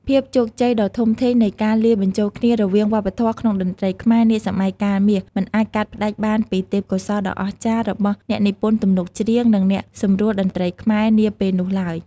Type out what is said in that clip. ភាពជោគជ័យដ៏ធំធេងនៃការលាយបញ្ចូលគ្នារវាងវប្បធម៌ក្នុងតន្ត្រីខ្មែរនាសម័យកាលមាស មិនអាចកាត់ផ្តាច់បានពី ទេពកោសល្យដ៏អស្ចារ្យ របស់ អ្នកនិពន្ធទំនុកច្រៀង និង អ្នកសម្រួលតន្ត្រីខ្មែរ នាពេលនោះឡើយ។